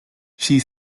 she